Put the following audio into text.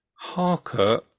Harker